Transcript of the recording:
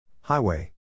Highway